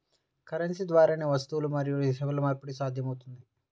currency ద్వారానే వస్తువులు మరియు సేవల మార్పిడి సాధ్యపడుతుంది